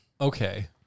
Okay